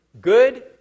Good